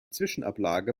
zwischenablage